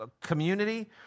Community